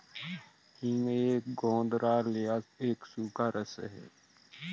हींग एक गोंद राल या एक सूखा रस है